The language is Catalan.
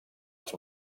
els